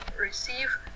receive